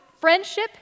friendship